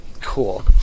Cool